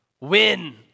Win